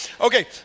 Okay